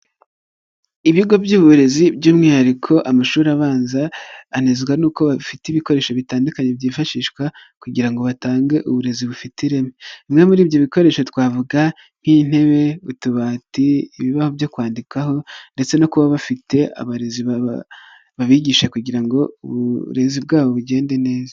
ibigo by'uburezi by'umwihariko amashuri abanza anezwa nuko bafite ibikoresho bitandukanye byifashishwa kugira ngo batange uburezi bufite ireme, bimwe muri ibyo bikoresho twavuga nk'intebe utubatiba byo kwandikwaho ndetse no kuba bafite abarezi babigisha kugira ngo uburezi bwabo bugende neza.